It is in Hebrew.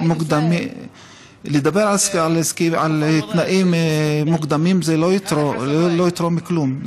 לדבר על תנאים מוקדמים לא יתרום כלום.